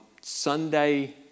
Sunday